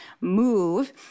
move